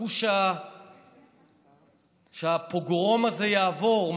תחכו שעה שהפוגרום הזה יעבור.